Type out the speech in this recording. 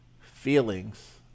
feelings